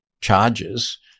charges